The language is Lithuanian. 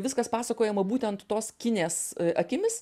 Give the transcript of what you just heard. viskas pasakojama būtent tos kinės akimis